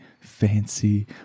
fancy